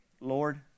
Lord